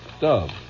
dove